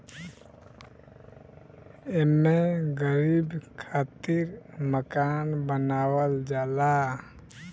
एमे गरीब खातिर मकान बनावल जाला